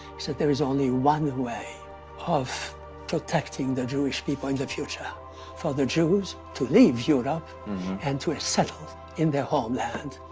said there is only one way of protecting the jewish people in the future for the jews to leave europe and to settle in their homeland,